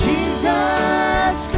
Jesus